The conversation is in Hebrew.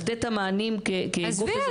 לתת את המענים כגוף אזרחי --- אז הנה,